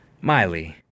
Miley